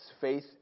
faith